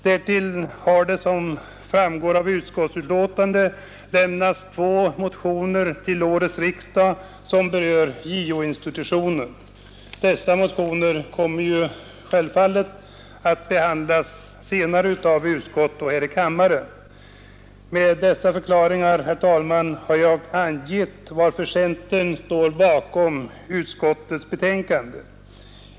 Därtill har, som framgår av utskottets betänkande, till årets riksdag lämnats två motioner som berör JO-institutionen. Dessa motioner kommer senare att behandlas i vanlig ordning av utskottet och här i kammaren. Med dessa förklaringar, herr talman, har jag angivit varför centerpartiet står bakom utskottets betänkande.